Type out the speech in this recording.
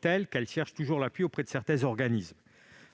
tel qu'elles cherchent toujours un appui auprès de certains organismes.